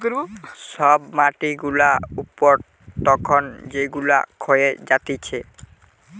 সব মাটি গুলা উপর তখন যেগুলা ক্ষয়ে যাতিছে